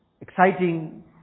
exciting